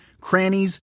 crannies